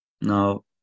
Now